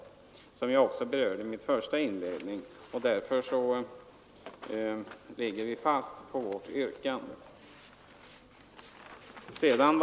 Det berörde jag också i mitt första inlägg och därför håller vi fast vid yrkandet.